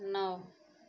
नौ